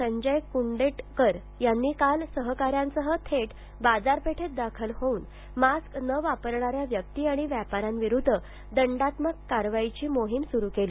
संजय कुंडेटकर यांनी काल सहकार्यांसह थेट बाजारपेठेत दाखल होऊन मास्क न वापरणार्या व्यक्ती आणि व्यापार्यांविरूद्ध दंडात्मक कारवाईची मोहीम सुरू केली